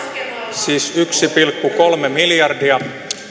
siis yksi pilkku kolme miljardia